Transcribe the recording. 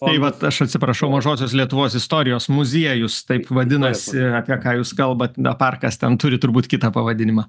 tai vat aš atsiprašau mažosios lietuvos istorijos muziejus taip vadinasi apie ką jūs kalbate na parkas ten turi turbūt kitą pavadinimą